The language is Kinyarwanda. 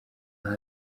aha